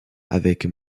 avec